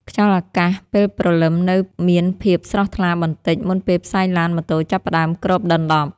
ខ្យល់អាកាសពេលព្រលឹមនៅមានភាពស្រស់ថ្លាបន្តិច មុនពេលផ្សែងឡានម៉ូតូចាប់ផ្ដើមគ្របដណ្ដប់។